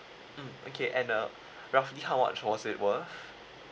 mm okay and uh roughly how much was it worth